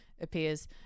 appears